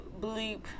bleep